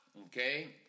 okay